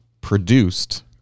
produced